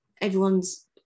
Everyone's